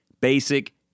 basic